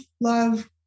love